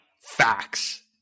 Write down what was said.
facts